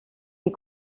des